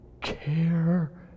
care